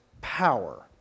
power